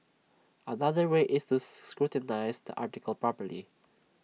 another way is to scrutinise the article properly